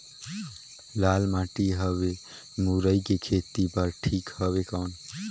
लाल माटी हवे मुरई के खेती बार ठीक हवे कौन?